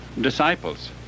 disciples